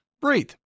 Breathe